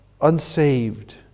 unsaved